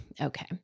Okay